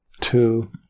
two